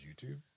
youtube